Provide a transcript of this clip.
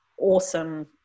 awesome